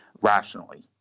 rationally